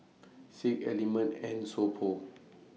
Schick Element and So Pho